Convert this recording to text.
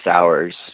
hours